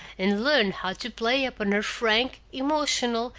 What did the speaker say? and learned how to play upon her frank, emotional,